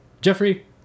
Jeffrey